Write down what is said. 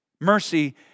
Mercy